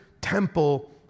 temple